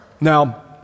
Now